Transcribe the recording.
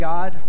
God